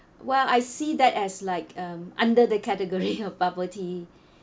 well I see that as like uh under the category of bubble tea